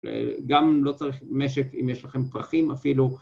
גם אם לא צריך משק אם יש לכם פרחים אפילו